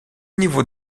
niveaux